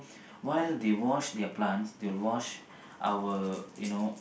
while they wash their plants they will wash our you know